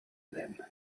them